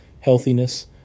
healthiness